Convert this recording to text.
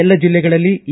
ಎಲ್ಲ ಜಿಲ್ಲೆಗಳಲ್ಲಿ ಇ